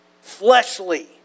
fleshly